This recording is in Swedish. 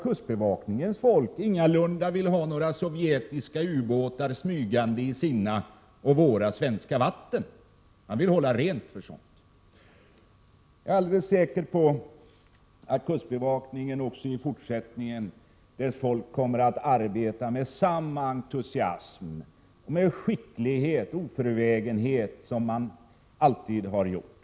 Kustbevakningens folk vill ingalunda ha några sovjetiska ubåtar smygande i sina och våra svenska vatten, utan de vill hålla rent från sådant. Jag är alldeles säker på att kustbevakningen och dess folk också i fortsättningen kommer att arbeta med samma entusiasm, skicklighet och oförvägenhet som de alltid har gjort.